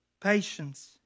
patience